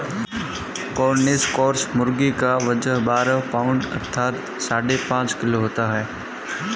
Cornish cross मुर्गी का वजन बारह पाउण्ड अर्थात साढ़े पाँच किलो होता है